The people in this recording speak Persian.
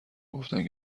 گفتند